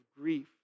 grief